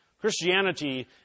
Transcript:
christianity